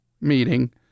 meeting